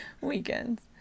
Weekends